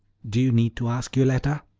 do you need to ask, yoletta?